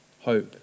hope